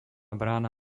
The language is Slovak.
brána